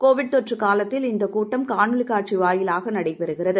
Covid தொற்று காலத்தில் இந்தக் கூட்டம் காணொளி காட்சி வாயிலாக நடைபெறுகிறது